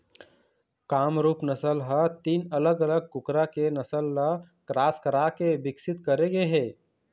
कामरूप नसल ह तीन अलग अलग कुकरा के नसल ल क्रास कराके बिकसित करे गे हे